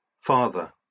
Father